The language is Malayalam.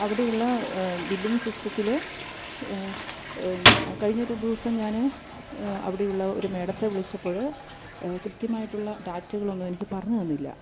അവിടെയുള്ള ബില്ലിംഗ് സിസ്റ്റത്തില് കഴിഞ്ഞ ഒരു ദിവസം ഞാന് അവിടെയുള്ള ഒരു മാഡത്തെ വിളിച്ചപ്പോള് കൃത്യമായിട്ടുള്ള ഡാറ്റകളൊന്നും എനിക്ക് പറഞ്ഞുതന്നില്ല